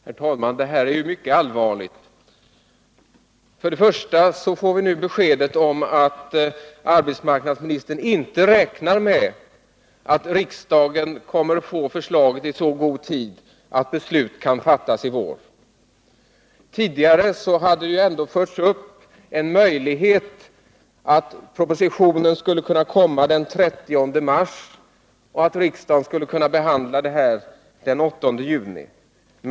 Herr talman! Det här är mycket allvarligt. Vi får nu beskedet att arbetsmarknadsministern inte räknar med att riksdagen kommer att få förslaget i så god tid att beslut kan fattas i vår. Tidigare hade man ändå räknat med att propositionen skulle kunna komma den 30 mars och att riksdagen skulle kunna behandla frågan den 8 juni.